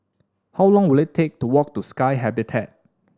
how long will it take to walk to Sky Habitat